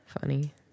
funny